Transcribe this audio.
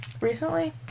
Recently